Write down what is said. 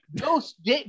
ghost